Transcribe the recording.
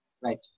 Right